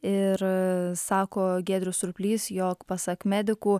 ir sako giedrius surplys jog pasak medikų